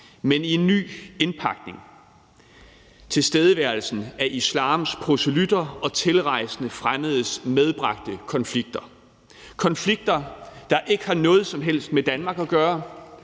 men i en ny indpakning, nemlig tilstedeværelsen af islams proselytter og tilrejsende fremmedes medbragte konflikter. Det er konflikter, der ikke har noget som helst med Danmark at gøre,